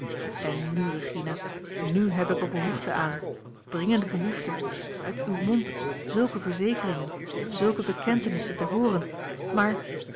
en nu regina n heb ik er behoefte aan dringende behoefte uit uw mond zulke verzekeringen zulke bekentenissen te hooren maar